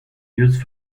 used